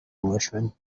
englishman